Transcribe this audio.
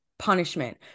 punishment